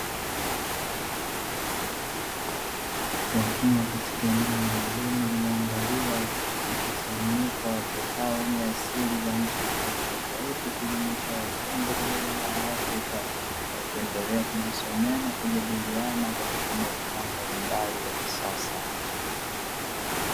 Wakiwa katika eneo maalumu lililoandaliwa mkusanyiko wa watu hao wenye asili ya nchi tofautitofauti ikijumuisha wazungu pamoja na waafrika, wakiendelea kujisomea na kujadiliana kwa kutumia vifaa mbalimbali vya kisasa.